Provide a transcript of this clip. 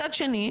מצד שני,